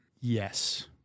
Yes